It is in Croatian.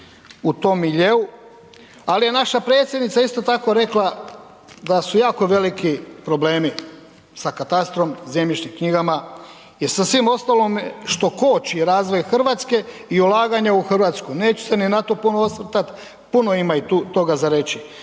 u tom miljeu, ali je naša predsjednica isto tako rekla da su jako veliki problemi sa katastrom, zemljišnim knjigama i sa svim ostalim što koči razvoj Hrvatske i ulaganja u Hrvatsku. Neću se ni na to puno osvrtat, puno ima i tu toga za reći.